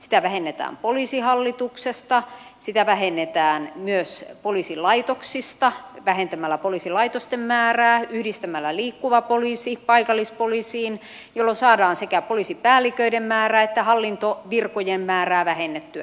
sitä vähennetään poliisihallituksesta sitä vähennetään myös poliisilaitoksista vähentämällä poliisilaitosten määrää yhdistämällä liikkuva poliisi paikallispoliisiin jolloin saadaan sekä poliisipäälliköiden määrää että hallintovirkojen määrää vähennettyä